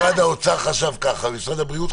היו מחריגים מקומות של עד 10 אנשים,